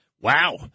wow